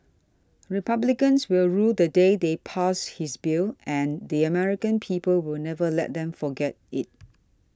republicans will rue the day they passed this bill and the American people will never let them forget it